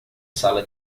sala